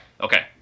Okay